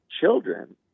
children